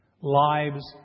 lives